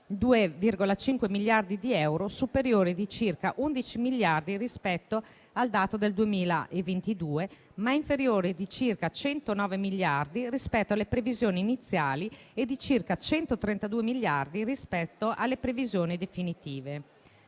402,5 miliardi di euro, superiore di circa 11 miliardi rispetto al dato del 2022, ma inferiore di circa 109 miliardi rispetto alle previsioni iniziali e di circa 132 miliardi rispetto alle previsioni definitive.